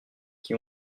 qui